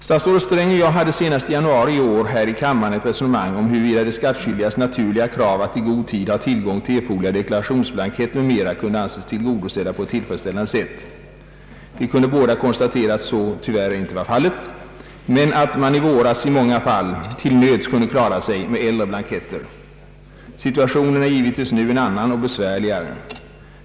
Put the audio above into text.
Statsrådet Sträng och jag hade senast i januari i år här i kammaren ett resonemang om huruvida de skattskyldigas naturliga krav att i god tid ha tillgång till erforderliga deklarationsblanketter m.m. kunde anses tillgodosedda på ett tillfredsställande sätt. Vi kunde båda konstatera att så tyvärr inte var fallet men att man i våras i många fall tillnöds kunde klara sig med äldre blanketter. Situationen är givetvis nu en annan och besvärligare.